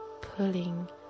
pulling